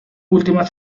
últimas